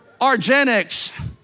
Argenics